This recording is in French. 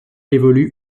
évolue